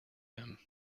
him